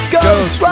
Ghost